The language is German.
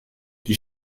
die